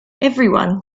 everyone